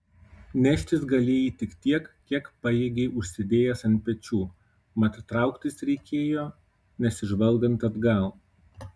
neštis galėjai tik tiek kiek pajėgei užsidėjęs ant pečių mat trauktis reikėjo nesižvalgant atgal